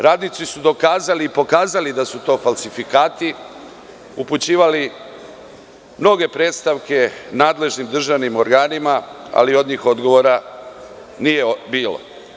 Radnici su pokazali i dokazali da su to falsifikati, upućivali mnoge predstavke nadležnim državnim organima, ali od njih odgovora nije bilo.